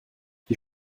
wie